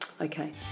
Okay